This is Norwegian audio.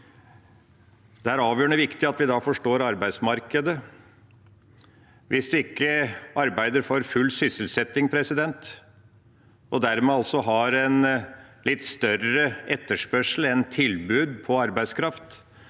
Det er avgjørende viktig at vi da forstår arbeidsmarkedet. Hvis vi ikke arbeider for full sysselsetting, og dermed har en litt større etterspørsel enn tilbud på arbeidskraft,